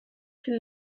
qui